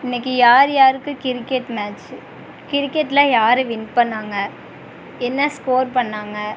இன்றைக்கு யார் யாருக்கு கிரிக்கெட் மேட்ச் கிரிக்கெட்டில் யார் வின் பண்ணாங்க என்ன ஸ்கோர் பண்ணாங்க